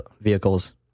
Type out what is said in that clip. vehicles